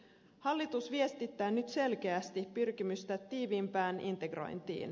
hallitus viestittää nyt selkeästi pyrkimystä tiiviimpään integrointiin